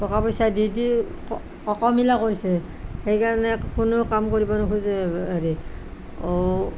টকা পইচা দি দি অকামিলা কৰিছে সেইকাৰণে কোনেও কাম কৰিব নোখোজে হেৰিত